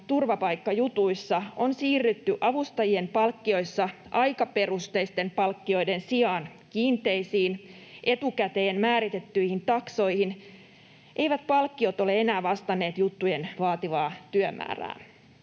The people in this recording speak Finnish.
turvapaikkajutuissa, on siirrytty avustajien palkkioissa aikaperusteisten palkkioiden sijaan kiinteisiin, etukäteen määritettyihin taksoihin, eivät palkkiot ole enää vastanneet juttujen vaativaa työmäärää.